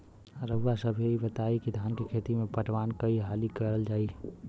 रउवा सभे इ बताईं की धान के खेती में पटवान कई हाली करल जाई?